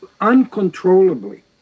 uncontrollably